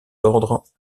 ordres